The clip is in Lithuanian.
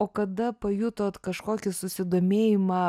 o kada pajutot kažkokį susidomėjimą